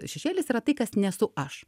šešėlis yra tai kas nesu aš